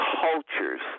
cultures